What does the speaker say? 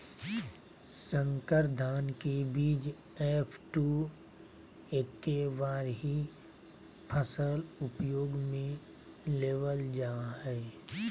संकर धान के बीज एफ.टू एक्के बार ही फसल उपयोग में लेवल जा हइ